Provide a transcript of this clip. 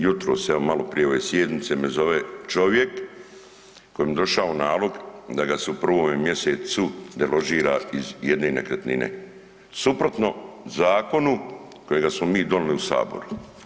Jutros, evo maloprije ove sjednice me zove čovjek kojem je došao nalog da ga se u 1. mjesecu deložira iz jedine nekretnine, suprotno zakonu kojega smo mi donijeli u Saboru.